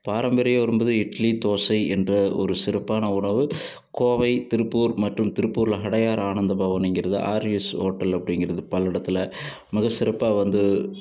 பாரம்பரிய வரும்போது இட்லி தோசை என்ற ஒரு சிறப்பான உணவு கோவை திருப்பூர் மற்றும் திருப்பூரில் அடையார் ஆனந்த பவனுங்கிறது ஆரியஸ் ஹோட்டல் அப்படிங்கிறது பல்லடத்தில் மிக சிறப்பாக வந்து